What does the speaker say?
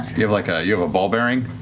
you have like ah you have a ball bearing?